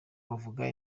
bavuga